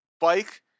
bike